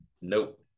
Nope